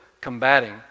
combating